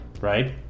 right